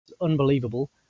unbelievable